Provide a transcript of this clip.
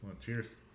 cheers